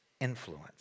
influence